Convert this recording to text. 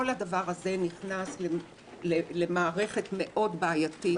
כל הדבר הזה נכנס למערכת בעייתית מאוד.